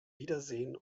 wiedersehen